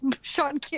Sean